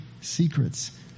secrets